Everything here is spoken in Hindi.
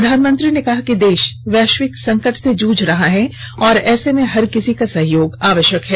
प्रधानमंत्री ने कहा कि देष वैष्विक संकट से जुझ रहा है और ऐसे में हर किसी का सहयोग आवष्यक है